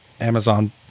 Amazon